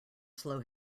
slow